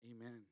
amen